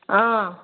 ஆ